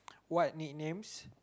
what nicknames